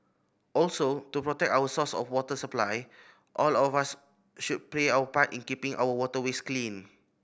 also to protect our source of water supply all of us should play our part in keeping our waterways clean